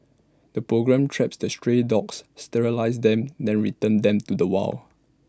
the programme traps the stray dogs sterilises them then returns them to the wild